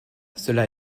cela